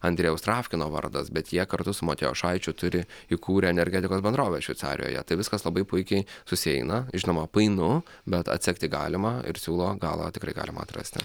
andrejaus trafkino vardas bet jie kartu su matijošaičiu turi įkūrę energetikos bendrovę šveicarijoje tai viskas labai puikiai susieina žinoma painu bet atsekti galima ir siūlo galą tikrai galima atrasti